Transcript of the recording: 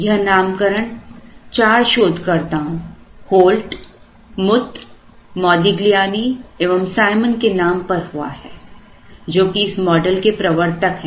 यह नामकरण 4 शोधकर्ताओं होल्ट मुथ मोदिग्लिआनी एवं Simon Holt Muth Modigliani and Simon के नाम पर हुआ है जो कि इस मॉडल के प्रवर्तक है